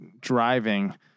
driving